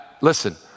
Listen